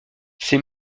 ces